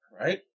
right